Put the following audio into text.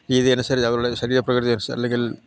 രീതി അനുസരിച്ചു അവരുടെ ശരീരപ്രകൃതി അനുസരിച്ചു അല്ലെങ്കിൽ